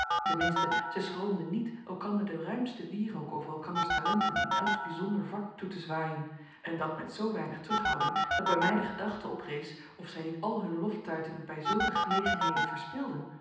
zij schroomden niet elkander den ruimsten wierook over elkanders talenten in elks bijzonder vak toe te zwaaien en dat met zoo weinig terughouding dat bij mij de gedachte oprees of zij niet al hun loftuitingen bij zulke gelegenheden verspilden